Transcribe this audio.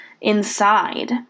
inside